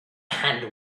hand